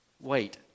wait